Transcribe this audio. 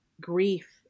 grief